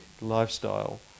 lifestyle